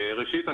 ראשית,